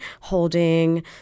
holding